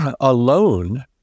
alone